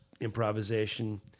improvisation